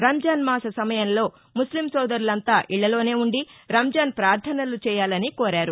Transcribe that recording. రంజాన్ మాస సమయంలో ముస్లిం సోదరులంతా ఇళ్లలోనే ఉండి రంజాన్ పార్దనలు చేయాలని కోరారు